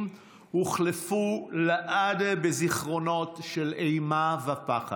הוחלפו לעד בזיכרונות של אימה ופחד.